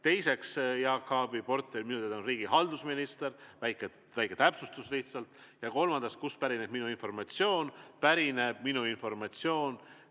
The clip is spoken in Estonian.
Teiseks, Jaak Aabi portfell minu teada on riigihalduse minister. Väike täpsustus lihtsalt. Ja kolmandaks, kust pärineb minu informatsioon? Minu informatsioon